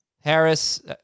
Harris